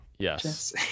yes